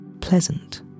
Pleasant